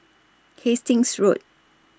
Hastings Road